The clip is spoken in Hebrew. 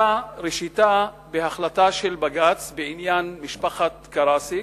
ראשיתה היתה בהחלטה של בג"ץ בעניין משפחת קרסיק,